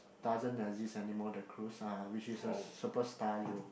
doesn't exist anymore the cruise uh which is a super star Leo